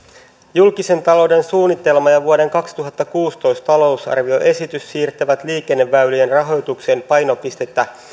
julkisen talouden suunnitelma ja vuoden kaksituhattakuusitoista talousarvioesitys siirtävät liikenneväylien rahoituksen painopistettä